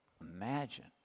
Imagine